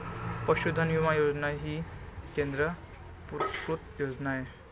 पशुधन विमा योजना ही केंद्र पुरस्कृत योजना आहे